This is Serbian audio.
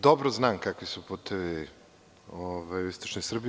Dobro znam kakvi su putevi u istočnoj Srbiji.